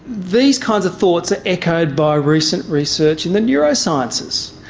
these kinds of thoughts are echoed by recent research in the neurosciences.